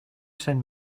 send